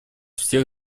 всех